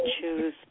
choose